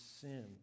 sin